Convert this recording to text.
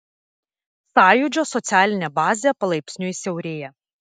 sąjūdžio socialinė bazė palaipsniui siaurėja